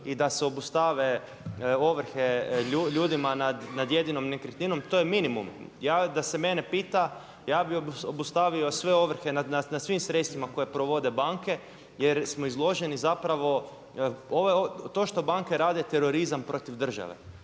i da se obustave ovrhe ljudima nad jedinom nekretninom. To je minimum. Ja da se mene pita ja bih obustavio sve ovrhe nad svim sredstvima koje provode banke jer smo izloženi zapravo to što banke rade je terorizam protiv države